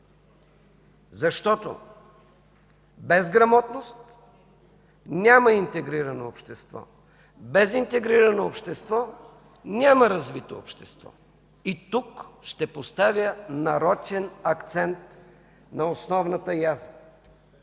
защото без грамотност няма интегрирано общество, без интегрирано общество няма развито общество. И тук ще поставя нарочен акцент на основната язва